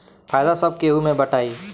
फायदा सब केहू मे बटाई